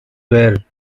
were